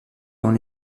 dans